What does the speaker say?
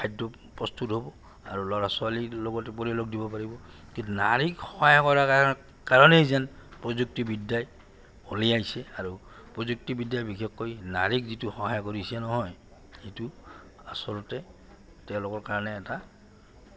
খাদ্য প্ৰস্তুত হ'ব আৰু ল'ৰা ছোৱালীৰ লগতে পৰিয়ালক দিব পাৰিব কিন্তু নাৰীক সহায় কৰাৰ কাৰণেই যেন প্ৰযুক্তিবিদ্যাই উলিয়াইছে আৰু প্ৰযুক্তিবিদ্যাই বিশেষকৈ নাৰীক যিটো সহায় কৰিছে নহয় সেইটো আচলতে তেওঁলোকৰ কাৰণে এটা